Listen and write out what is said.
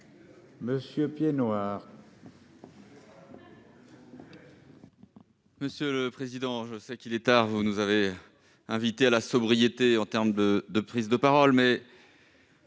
monsieur le président, et que vous nous avez invités à la sobriété en termes de prise de parole, mais